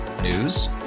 News